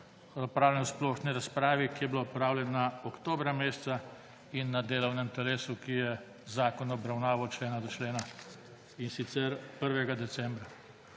v splošni razpravi, ki je bila opravljena oktobra meseca, in na delovnem telesu, ki je zakon obravnaval od člena do člena, in sicer 1. decembra.